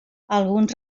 alguns